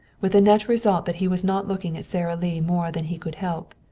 with the net result that he was not looking at sara lee more than he could help.